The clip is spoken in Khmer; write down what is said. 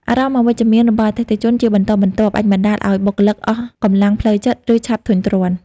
អារម្មណ៍អវិជ្ជមានរបស់អតិថិជនជាបន្តបន្ទាប់អាចបណ្ដាលឱ្យបុគ្គលិកអស់កម្លាំងផ្លូវចិត្ត ឬឆាប់ធុញទ្រាន់។